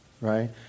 right